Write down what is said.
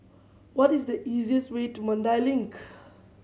what is the easiest way to Mandai Link